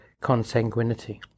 consanguinity